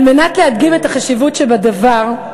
על מנת להדגים את החשיבות שבדבר,